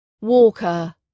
Walker